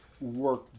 work